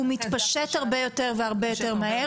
הוא מתפשט הרבה יותר, והרבה יותר מהר?